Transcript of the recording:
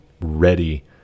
ready